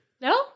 No